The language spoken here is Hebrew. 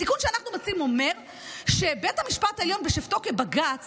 התיקון שאנחנו מציעים אומר שבית המשפט העליון בשבתו כבג"ץ